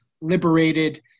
liberated